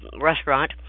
restaurant